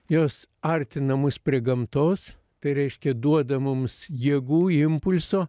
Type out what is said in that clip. jos artina mus prie gamtos tai reiškia duoda mums jėgų impulso